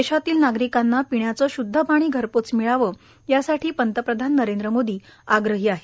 देशातील नागरिकांना पिण्याचे श्ध्द पाणी घरपोच मिळावे यासाठी पंतप्रधान नरेंद्र मोदी आग्रही आहेत